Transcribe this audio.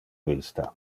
vista